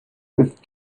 with